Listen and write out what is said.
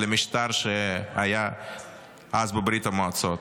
על המשטר שהיה אז בברית המועצות.